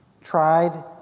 tried